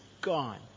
gone